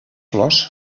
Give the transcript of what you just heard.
flors